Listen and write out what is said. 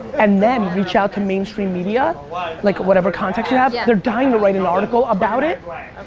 and then reach out to mainstream media like like whatever contacts you have. yeah. they're dying to write an article about it.